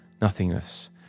nothingness